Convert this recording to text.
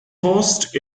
cost